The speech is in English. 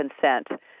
consent